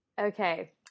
Okay